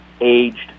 aged